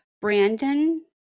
Brandon